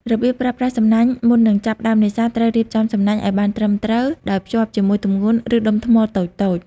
របៀបប្រើប្រាស់សំណាញ់មុននឹងចាប់ផ្តើមនេសាទ ត្រូវរៀបចំសំណាញ់ឲ្យបានត្រឹមត្រូវ ដោយភ្ជាប់ជាមួយទម្ងន់ ឬដុំថ្មតូចៗ។